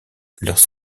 leurs